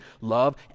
love